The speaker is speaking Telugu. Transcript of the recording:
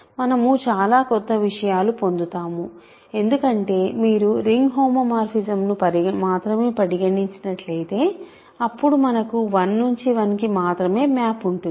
మనము చాలా క్రొత్త విషయాలు పొందుతాము ఎందుకంటే మీరు రింగ్ హోమోమార్ఫిజమ్ను మాత్రమే పరిగణించినట్లయితే అప్పుడు మనకు 1 నుంచి 1 కి మాత్రమే మ్యాప్ ఉంటుంది